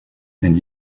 and